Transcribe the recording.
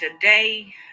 today